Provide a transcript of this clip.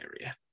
area